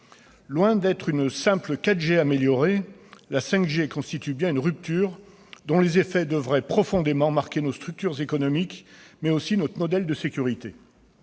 Loin d'être une simple 4G améliorée, la 5G constitue bien une rupture, dont les effets devraient profondément marquer nos structures économiques, mais aussi notre modèle de sécurité.